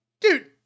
Dude